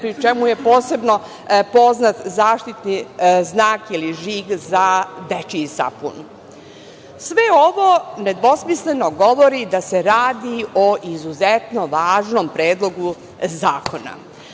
pri čemu je posebno poznat zaštitni znak ili žig za dečiji sapun. Sve ovo nedvosmisleno govori da se radi o izuzetno važnom Predlogu zakona.